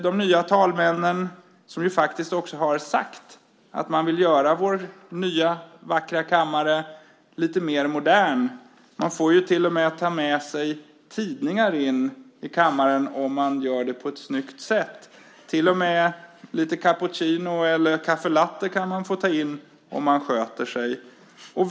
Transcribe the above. De nya talmännen har ju också sagt att de vill göra vår nya, vackra kammare lite mer modern. Vi får till och med ta med oss tidningar i kammaren om vi gör det på ett snyggt sätt, och även lite cappuccino eller caffè latte om vi sköter oss.